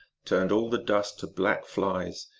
turned all the dust to black flies,